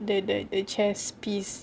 the the the chess piece